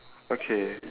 okay